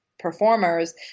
performers